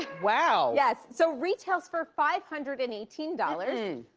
wow. yes, so retails for five hundred and eighteen dollars,